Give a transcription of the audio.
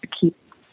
keep